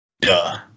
duh